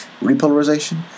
repolarization